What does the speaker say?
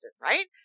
right